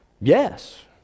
Yes